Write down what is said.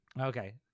Okay